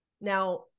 Now